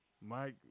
Mike